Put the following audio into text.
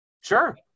Sure